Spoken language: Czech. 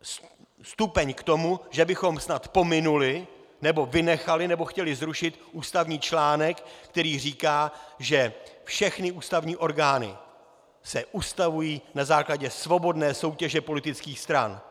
stupeň k tomu, že bychom snad pominuli nebo vynechali nebo chtěli zrušit ústavní článek, který říká, že všechny ústavní orgány se ustavují na základě svobodné soutěže politických stran.